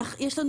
יש לנו